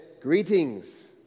Greetings